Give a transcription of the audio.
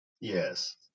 Yes